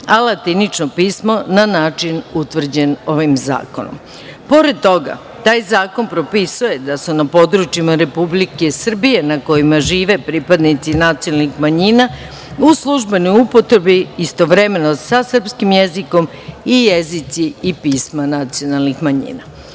a latinično pismo na način utvrđen ovim zakonom. Pored toga, taj zakon propisuje da su na područjima Republike Srbije, na kojima žive pripadnici nacionalnih manjina, u službenoj upotrebi istovremeno sa srpskim jezikom i jezici i pisma nacionalnih manjina. Treba